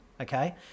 okay